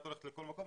היא הולכת לכל מקום,